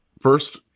First